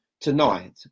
tonight